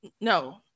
no